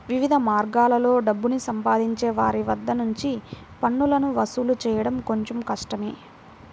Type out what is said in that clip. వివిధ మార్గాల్లో డబ్బుని సంపాదించే వారి వద్ద నుంచి పన్నులను వసూలు చేయడం కొంచెం కష్టమే